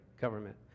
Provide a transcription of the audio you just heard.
government